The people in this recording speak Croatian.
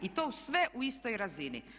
I to sve u istoj razini.